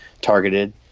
targeted